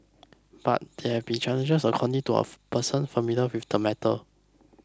but there have been challenges according to a person familiar with the matter